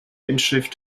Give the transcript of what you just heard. inschrift